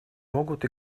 могут